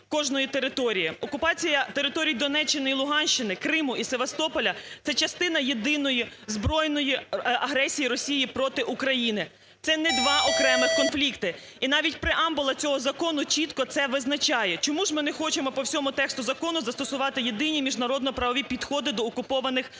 Окупація територій Донеччини і Луганщини, Криму і Севастополя – це частина єдиної збройної агресії Росії проти України. Це не два окремих конфлікти. І навіть преамбула цього закону чітко це визначає. Чому ж ми не хочемо по всьому тексту закону застосувати єдині міжнародно-правові підходи до окупованих територій?